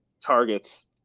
targets